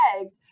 eggs